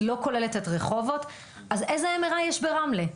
היא לא כוללת את רחובות, אז איזה MRI יש ברמלה?